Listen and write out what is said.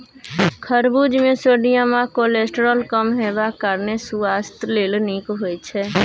खरबुज मे सोडियम आ कोलेस्ट्रॉल कम हेबाक कारणेँ सुआस्थ लेल नीक होइ छै